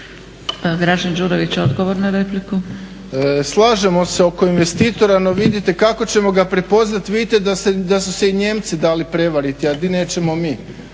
**Đurović, Dražen (HDSSB)** Slažemo se oko investitora no vidite kako ćemo ga prepoznati, vidite da su se i Nijemci dali prevariti, a di nećemo mi,